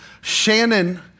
Shannon